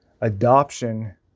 Adoption